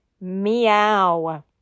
meow